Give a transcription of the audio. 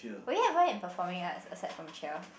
oh ya were you in performing arts aside from cheer